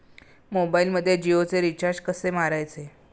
मोबाइलमध्ये जियोचे रिचार्ज कसे मारायचे?